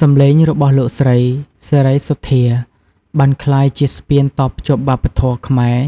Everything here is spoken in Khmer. សំឡេងរបស់លោកស្រី សេរីសុទ្ធា បានក្លាយជា ស្ពានតភ្ជាប់វប្បធម៌ ខ្មែរ